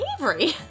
Avery